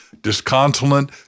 disconsolate